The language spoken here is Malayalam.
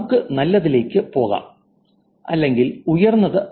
നമുക്ക് നല്ലതിലേക്ക് പോകാം അല്ലെങ്കിൽ ഉയർന്നത്